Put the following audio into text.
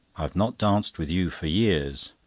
i have not danced with you for years.